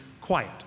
quiet